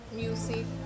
music